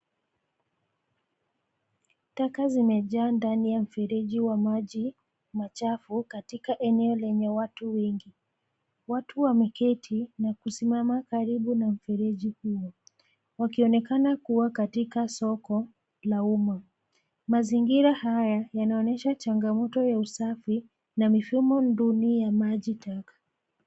Taka zimejaa ndani ya mfereji wa maji machafu katika eneo lenye watu wengi. Watu wameketi na kusimama karibu na mfereji huo, wakionekana kuwa katika soko la umma. Mazingira haya yanaonyesha changamoto ya usafi na mifumo nduni ya maji taka.